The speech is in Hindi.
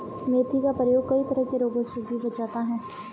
मेथी का प्रयोग कई तरह के रोगों से भी बचाता है